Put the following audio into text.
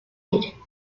hide